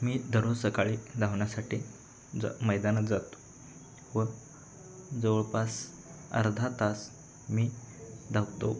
मी दररोज सकाळी धावण्यासाठी ज मैदानात जातो व जवळपास अर्धा तास मी धावतो